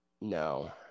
No